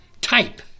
type